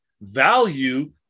value